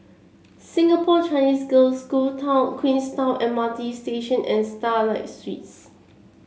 Singapore Chinese Girls' School Town Queenstown M R T Station and Starlight Suites